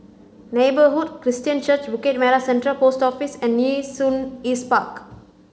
Neighbourhood Christian Church Bukit Merah Central Post Office and Nee Soon East Park